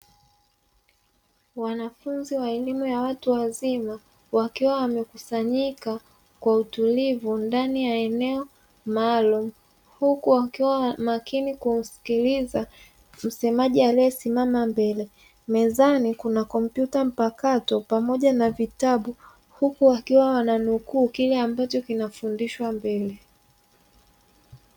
Wanafunzi wa elimu ya watu wazima, wakiwa wamekusanyika kwa utulivu ndani ya eneo maalumu, huku wakiwa makini kumsikiliza msemaji aliyesimama mbele; mezani kuna kompyuta mpakato pamoja na vitabu, huku wakiwa wananukuu kile ambacho kinafundishwa mbele.